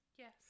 Yes